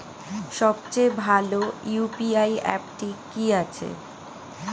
সবচেয়ে ভালো ইউ.পি.আই অ্যাপটি কি আছে?